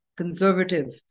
conservative